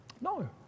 No